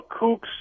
kooks